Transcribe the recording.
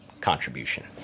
contribution